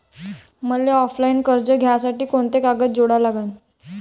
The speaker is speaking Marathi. मले ऑफलाईन कर्ज घ्यासाठी कोंते कागद जोडा लागन?